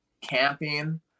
camping